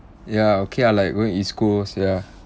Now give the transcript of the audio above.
ya okay lah like going east coast ya